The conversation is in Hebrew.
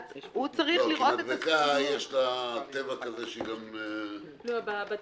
מדבקה יש לה טבע כזה- -- בתקנות,